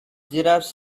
giraffes